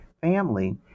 family